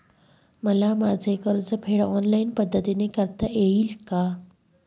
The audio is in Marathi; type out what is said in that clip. मला माझे कर्जफेड ऑनलाइन पद्धतीने करता येईल का?